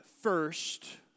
first